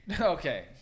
Okay